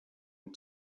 and